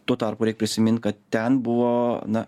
tuo tarpu reik prisimint kad ten buvo na